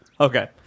Okay